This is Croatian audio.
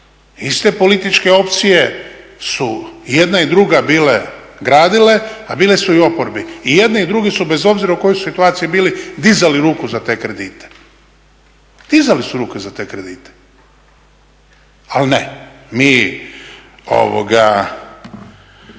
Iste političke opcije su i jedna i druga bile gradile, a bile su i u oporbi. I jedni i drugi su bez obzira u kojoj su situaciji bili dizali ruku za te kredite, dizali su ruke za te kredite. Ali ne, mi želimo